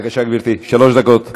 בבקשה, גברתי, שלוש דקות.